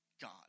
God